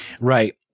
Right